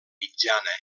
mitjana